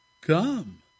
come